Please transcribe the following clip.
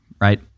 right